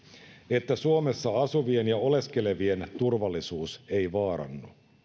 että suomessa asuvien ja oleskelevien turvallisuus ei vaarannu